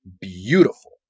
beautiful